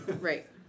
Right